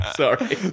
sorry